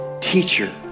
teacher